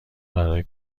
برای